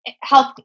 health